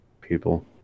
people